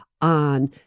on